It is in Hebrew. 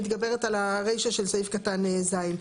מתגברת על הרישה של סעיף קטן (ז).